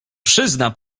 przyzna